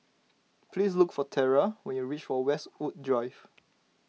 please look for Terra when you reach for Westwood Drive